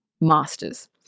masters